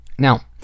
Now